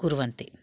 कुर्वन्ति